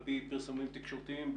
על פי פרסומים תקשורתיים,